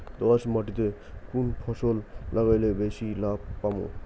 দোয়াস মাটিতে কুন ফসল লাগাইলে বেশি লাভ পামু?